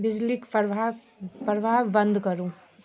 बिजलिक प्रभाव प्रवाह बन्द करू